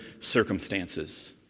circumstances